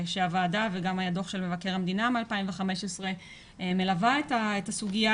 שהוועדה וגם הדוח של מבקר המדינה מ-2015 מלווה את הסוגיה,